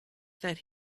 that